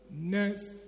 next